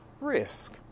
risk